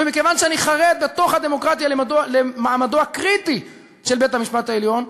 ומכיוון שאני חרד בתוך הדמוקרטיה למעמדו הקריטי של בית-המשפט העליון,